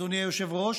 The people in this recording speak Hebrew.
אדוני היושב-ראש,